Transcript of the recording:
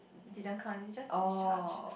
didn't come it's just discharge